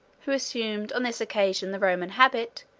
who assumed, on this occasion, the roman habit,